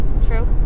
True